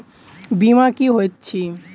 बीमा की होइत छी?